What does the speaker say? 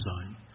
design